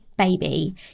baby